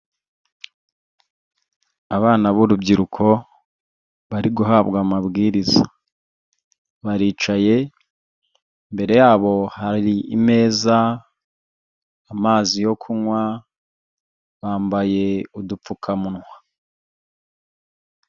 Abana b'urubyiruko bari guhabwa amabwiriza, baricaye imbere ya bo hari imeza, amazi yo kunywa, bambaye udupfukamunwa.